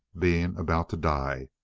being about to die,